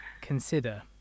consider